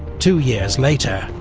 two years later,